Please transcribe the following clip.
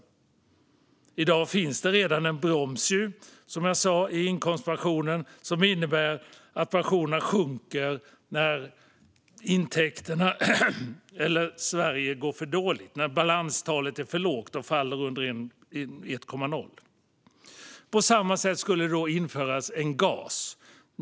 Som jag sa finns i dag redan en broms i inkomstpensionen som innebär att pensionerna sjunker när intäkterna eller Sverige går för dåligt, när balanstalet blir för lågt och faller under 1,0. På samma sätt skulle man införa en gas.